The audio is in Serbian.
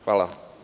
Hvala.